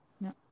No